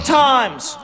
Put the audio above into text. times